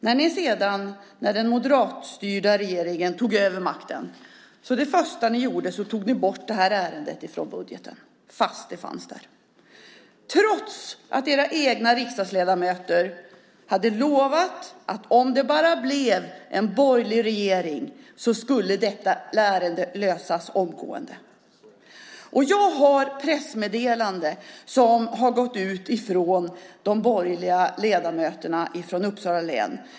När den moderatstyrda regeringen sedan tog över makten var det första ni gjorde att ta bort detta ärende från budgeten - fast det fanns där och trots att era egna riksdagsledamöter hade lovat att om det bara blev en borgerlig regering skulle detta ärende lösas omgående. Jag har ett pressmeddelande som har gått ut från de borgerliga ledamöterna från Uppsala län.